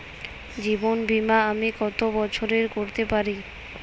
জীবন বীমা আমি কতো বছরের করতে পারি?